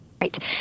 Right